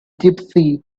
gypsy